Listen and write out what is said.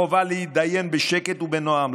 חובה להתדיין בשקט ובנועם,